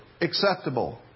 acceptable